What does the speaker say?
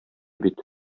бит